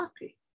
happy